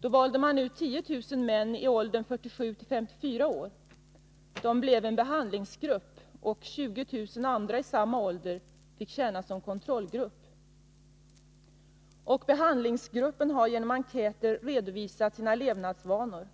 Då valde man ut 10 000 män i åldern 47-54 år, som fick bilda en behandlingsgrupp. 20 000 andra i samma ålder fick tjäna som kontrollgrupp. Behandlingsgruppen har genom enkäter redovisat sina levnadsvanor,